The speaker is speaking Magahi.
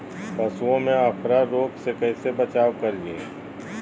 पशुओं में अफारा रोग से कैसे बचाव करिये?